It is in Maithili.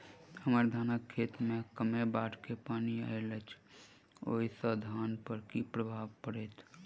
हम्मर धानक खेत मे कमे बाढ़ केँ पानि आइल अछि, ओय सँ धान पर की प्रभाव पड़तै?